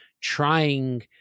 trying